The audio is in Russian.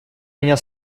меня